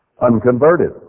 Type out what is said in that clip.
unconverted